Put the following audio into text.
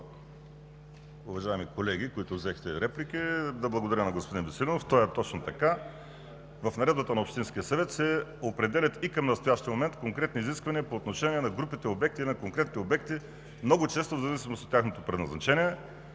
уважаеми колеги, които взехте реплика. Благодаря на господин Веселинов – това е точно така. В Наредбата на общинския съвет се определят и към настоящия момент конкретни изисквания по отношение на групите обекти, на конкретните обекти – много често в зависимост от тяхното предназначение.